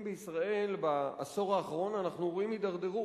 בישראל בעשור האחרון אנחנו רואים הידרדרות.